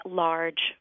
large